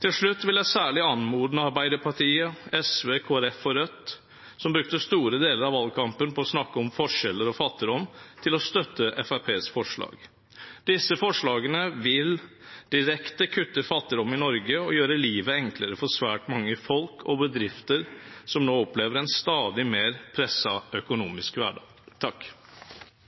Til slutt vil jeg særlig anmode Arbeiderpartiet, SV, Kristelig Folkeparti og Rødt, som brukte store deler av valgkampen på å snakke om forskjeller og fattigdom, til å støtte Fremskrittspartiets forslag. Disse forslagene vil direkte kutte fattigdom i Norge og gjøre livet enklere for svært mange folk og bedrifter, som nå opplever en stadig mer